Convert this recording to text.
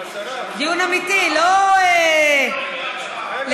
דיון אמיתי, לא לכאורה.